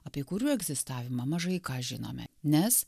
apie kurių egzistavimą mažai ką žinome nes